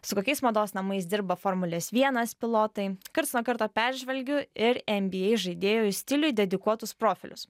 su kokiais mados namais dirba formulės vienas pilotai karts nuo karto peržvelgiu ir nba žaidėjų stiliui dedikuotus profilius